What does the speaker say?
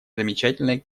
замечательной